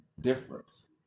difference